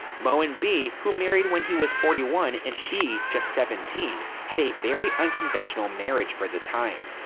moe and bee, who married when he was forty one and she just seventeen, had a very unconventional marriage for the time.